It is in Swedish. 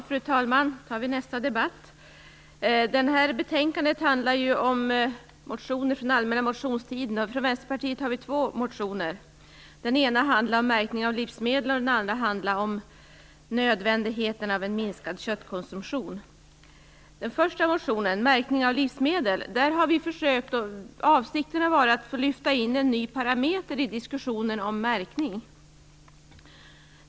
Fru talman! Detta betänkande handlar om motioner från den allmänna motionstiden. Vänsterpartiet har två motioner. Den ena handlar om märkning av livsmedel och den andra handlar om nödvändigheten av en minskad köttkonsumtion. I den första motionen, märkning av livsmedel, har avsikten varit att lyfta in en ny parameter i diskussionen om märkning.